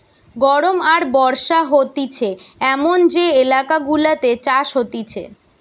গরম আর বর্ষা হতিছে এমন যে এলাকা গুলাতে চাষ হতিছে